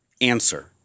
answer